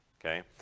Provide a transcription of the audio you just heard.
okay